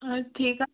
हा ठीकु आहे